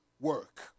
work